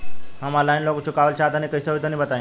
हम online loan चुकावल चाहऽ तनि कइसे होई तनि बताई?